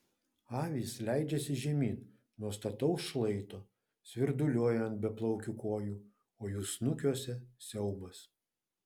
avys leidžiasi žemyn nuo stataus šlaito svirduliuoja ant beplaukių kojų o jų snukiuose siaubas